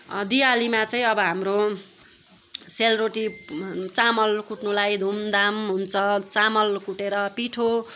दिवालीमा चाहिँ अब हाम्रो सेलरोटी चामल कुट्नुलाई धुमधाम हुन्छ चामल कुटेर पिठो